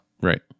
Right